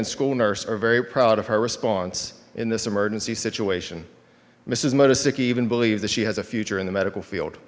and school nurse are very proud of her response in this emergency situation mrs mota sick even believe that she has a future in the medical field